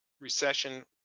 recession